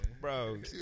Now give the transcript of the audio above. bro